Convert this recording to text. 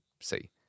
see